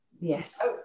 Yes